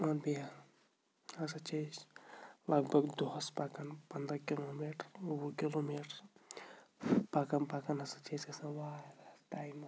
بیٚیہِ ہسا چھِ أسۍ لَگ بَگ دۄہَس پَکان پنٛداہ کِلوٗ میٖٹَر وُہ کِلوٗ میٖٹَر پَکان پَکان ہسا چھِ أسۍ گژھان وارہَس ٹایمَس